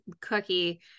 cookie